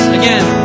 again